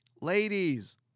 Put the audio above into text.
Ladies